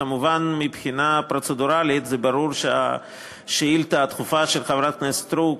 כמובן מבחינה פרוצדורלית זה ברור שהשאילתה הדחופה של חברת הכנסת סטרוק